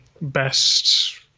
best